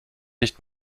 nicht